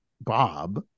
Bob